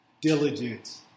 diligence